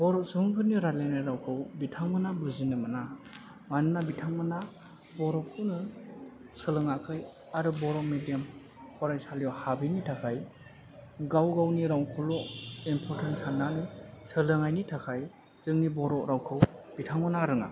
बर' सुबुंफोरनि रायलायनाय रावखौ बिथांमोना बुजिनो मोना मानोना बिथांमोना बर'खौनो सोलोङाखै आरो बर' मिदियाम फरायसालियाव हाबैनि थाखाय गाव गावनि रावखौल' इमफरथेन्ट साननानै सोलोंनायनि थाखाय जोंनि बर' रावखौ बिथांमोना रोङा